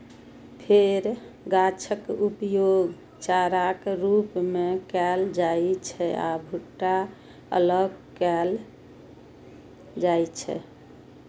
फेर गाछक उपयोग चाराक रूप मे कैल जाइ छै आ भुट्टा अलग कैल जाइ छै